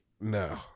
No